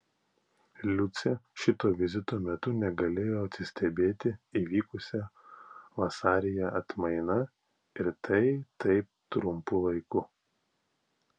liucė šito vizito metu negalėjo atsistebėti įvykusia vasaryje atmaina ir tai taip trumpu laiku